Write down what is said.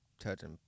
touching